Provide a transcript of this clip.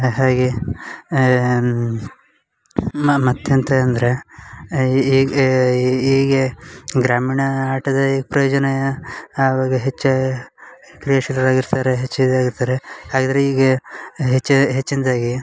ಹ ಹಾಗೆ ಮತ್ತು ಎಂತ ಅಂದರೆ ಈಗ ಈಗ ಗ್ರಾಮೀಣ ಆಟದ ಈ ಪ್ರಯೋಜನ ಅವಾಗ ಹೆಚ್ಚು ಕ್ರಿಯಾಶೀಲರಾಗಿ ಇರ್ತಾರೆ ಹೆಚ್ಚು ಇದು ಆಗಿರ್ತಾರೆ ಆಗಿದ್ದರೆ ಈಗ ಹೆಚ್ಚೇ ಹೆಚ್ಚಿನದಾಗಿ